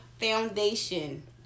foundation